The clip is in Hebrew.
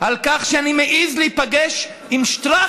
אדוני, אדוני היושב-ראש,